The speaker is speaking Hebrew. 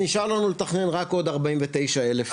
נשאר לנו לתכנן רק עוד 49 אלף יחידות דיור.